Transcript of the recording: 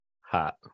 Hot